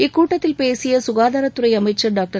இக்கூட்டத்தில் பேசிய ககாதாரத்துறை அமைச்சர் டாக்டர்